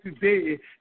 today